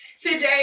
today